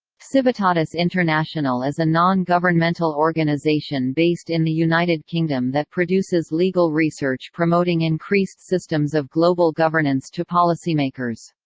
civitatis international is a non-governmental organization based in the united kingdom that produces legal research promoting increased systems of global governance to policymakers.